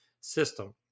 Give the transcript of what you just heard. system